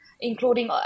including